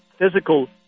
physical